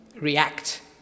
react